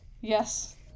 yes